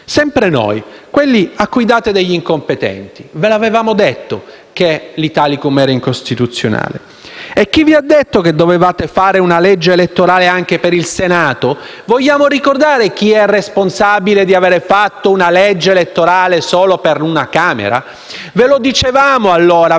Sempre noi, quelli cui date degli incompetenti. Ve l'avevamo detto che l'Italicum era incostituzionale. Chi vi ha detto che dovevate fare una legge elettorale anche per il Senato? Vogliamo ricordare chi è responsabile di avere fatto una legge elettorale solo per una Camera? Ve lo dicevamo allora.